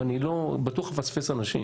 ואני בטוח אפספס אנשים